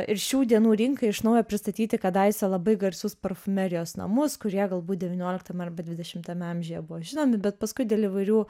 ir šių dienų rinkai iš naujo pristatyti kadaise labai garsus parfumerijos namus kurie galbūt devynioliktame arba dvidešimtame amžiuje buvo žinomi bet paskui dėl įvairių